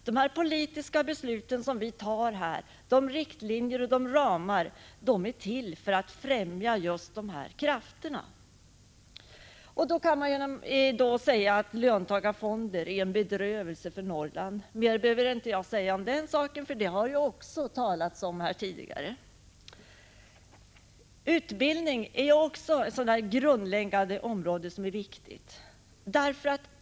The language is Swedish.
De politiska beslut vi tar och de riktlinjer och ramar som dras upp är till för att främja dessa krafter. Man kan säga att löntagarfonder är en bedrövelse för Norrland. Mer behöver jag inte säga om den saken, det har också sagts här tidigare. Utbildning är ett grundläggande viktigt område.